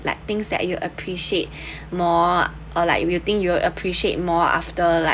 like things that you appreciate more or like you’ll think you will appreciate more after like